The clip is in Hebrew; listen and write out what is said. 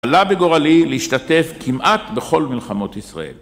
עלה בגורלי להשתתף כמעט בכל מלחמות ישראל.